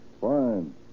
Fine